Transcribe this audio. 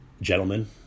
gentlemen